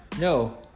No